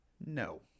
No